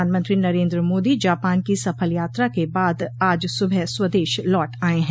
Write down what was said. प्रधानमंत्री नरेंद्र मोदी जापान की सफल यात्रा के बाद आज सुबह स्वदेश लौट आए हैं